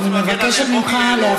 אני מוצא את עצמי מגן על בוגי יעלון,